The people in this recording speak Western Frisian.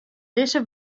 dizze